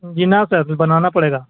جی نہ سر ابھی بنانا پڑے گا